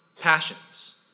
passions